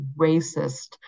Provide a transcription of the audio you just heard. racist